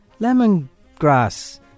lemongrass